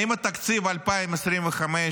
האם תקציב 2025,